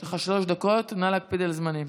יש לך שלוש דקות, נא להקפיד על הזמנים.